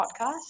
podcast